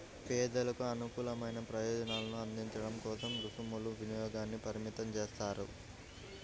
పేదలకు అనుకూలమైన ప్రయోజనాలను అందించడం కోసం రుసుముల వినియోగాన్ని పరిమితం చేస్తారు